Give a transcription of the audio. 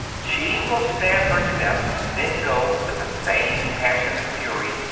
she will stab her to death and then go, with the same passionate fury,